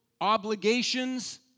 obligations